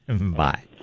Bye